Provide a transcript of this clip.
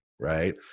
right